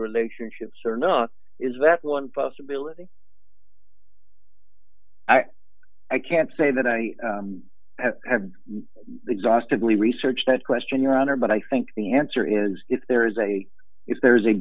relationships or not is that one possibility i can't say that i have exhaustively research that question your honor but i think the answer is if there is a if there is a